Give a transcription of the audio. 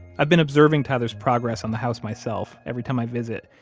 i've been observing tyler's progress on the house myself every time i visit,